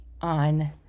on